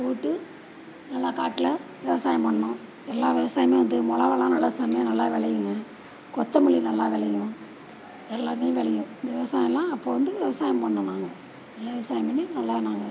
போட்டு நல்லா காட்டில் விவசாயம் பண்ணுனோம் எல்லா விவசாயமும் வந்து மிளவால்லாம் நல்லா செமையாக நல்லா விளையுங்க கொத்தமல்லி நல்லா விளையும் எல்லாம் விளையும் இந்த விவசாயல்லாம் அப்போ வந்து விவசாயம் பண்ணோம் நாங்கள் நல்லா விவசாயம் பண்ணி நல்லா நாங்கள்